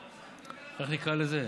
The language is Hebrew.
איך נקרא לזה?